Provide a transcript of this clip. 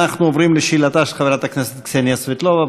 אנחנו עוברים לשאלתה של חברת הכנסת קסניה סבטלובה.